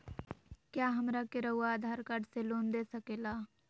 क्या हमरा के रहुआ आधार कार्ड से लोन दे सकेला?